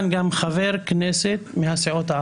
אנושה גם באמון הציבור וגם ביוקרה של בית המשפט פנימה והחוצה